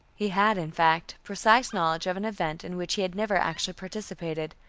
he had, in fact, precise knowledge of an event in which he had never actually participated.